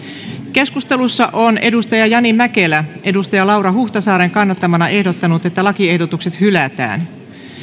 keskustelussa on jani mäkelä laura huhtasaaren kannattamana ehdottanut että lakiehdotukset hylätään